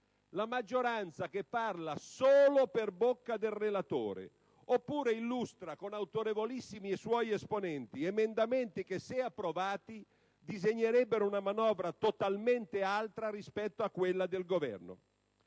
la maggioranza parla solo per bocca del relatore, oppure illustra con autorevolissimi suoi esponenti emendamenti che, se approvati, disegnerebbero una manovra totalmente altra rispetto a quella del Governo;